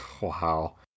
wow